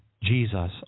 Jesus